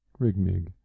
Rigmig